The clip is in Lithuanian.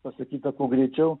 pastatyta kuo greičiau